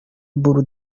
bull